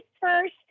first